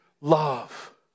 love